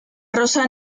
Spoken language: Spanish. rosa